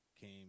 came